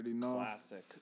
Classic